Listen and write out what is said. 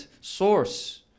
source